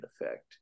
effect